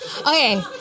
Okay